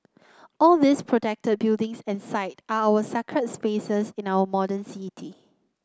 all these protected buildings and site are our sacred spaces in our modern city